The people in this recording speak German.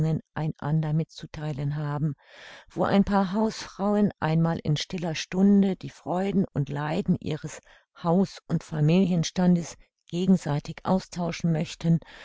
einander mitzutheilen haben wo ein paar hausfrauen einmal in stiller stunde die freuden und leiden ihres haus und familienstandes gegenseitig austauschen möchten